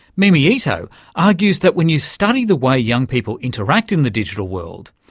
mimi ito argues that when you study the way young people interact in the digital world,